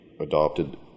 adopted